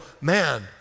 man